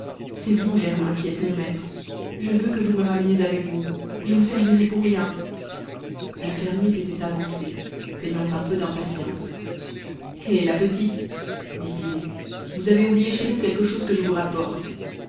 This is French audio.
c'est vous germain qui êtes mon maître je veux que vous me rameniez avec vous je vous servirai pour rien le fermier s'était avancé feignant un peu d'impatience hé la petite dit-il vous avez oublié chez nous quelque chose que je vous rapporte